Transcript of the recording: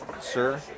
sir